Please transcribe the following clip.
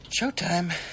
Showtime